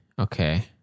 Okay